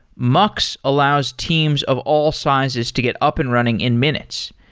mux allows teams of all sizes to get up and running in minutes,